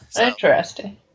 Interesting